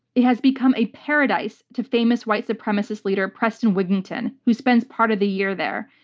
it has become a paradise to famous white supremacist leader preston wiginton, who spends part of the year there.